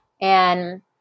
And-